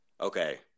Okay